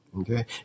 Okay